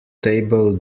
table